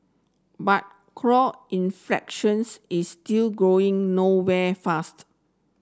but inflations is still going nowhere fast